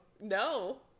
No